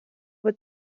het